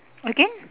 okay